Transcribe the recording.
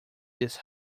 this